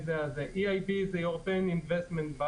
EIB זה European Investment Bank.